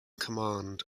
command